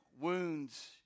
wounds